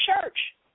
church